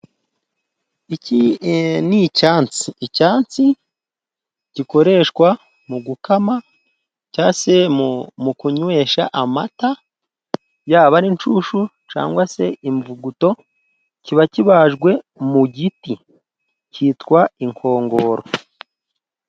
Iki ni icyansi icyansi gikoreshwa mu gukama, cyangwa se mu kunywesha amata, yaba ari inshushu cyangwa se imvuguto, kiba kibajwe mu giti cyitwa inkongoro.